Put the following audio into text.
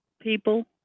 people